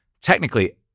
technically